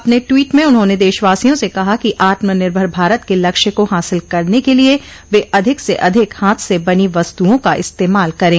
अपने ट्वीट में उन्होंने देशवासियों से कहा कि आत्मनिर्भर भारत के लक्ष्य को हासिल करने के लिए वे अधिक से अधिक हाथ स बनी वस्तुओं का इस्तेमाल करें